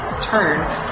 turn